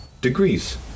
degrees